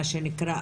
מה שנקרא,